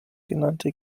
genannte